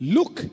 Look